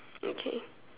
okay